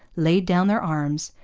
laid down their arms,